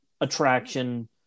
attraction